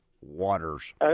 waters